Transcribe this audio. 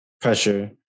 pressure